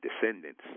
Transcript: descendants